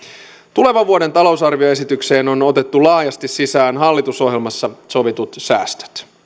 tulevan vuoden talousarvioesitykseen on otettu laajasti sisään hallitusohjelmassa sovitut säästöt